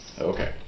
Okay